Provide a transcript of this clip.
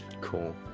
Cool